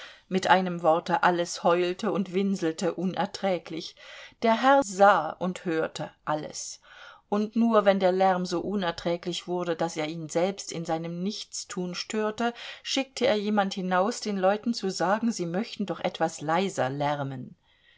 mit einem worte alles heulte und winselte unerträglich der herr sah und hörte alles und nur wenn der lärm so unerträglich wurde daß er ihn selbst in seinem nichtstun störte schickte er jemand hinaus den leuten zu sagen sie möchten doch etwas leiser lärmen